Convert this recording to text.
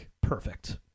Perfect